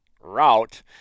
route